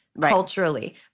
culturally